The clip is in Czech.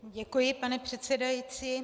Děkuji, pane předsedající.